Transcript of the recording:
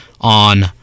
on